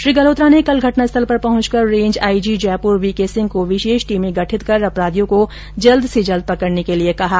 श्री गल्होत्रा ने कल घटनास्थल पर पहुंचकर range IG Jaipur V K Singh को विशेष टीमें गठित कर अपराधियों को जल्द से जल्द पकड़ने के निर्देश दिए